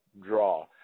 Draw